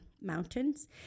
mountains